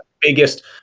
biggest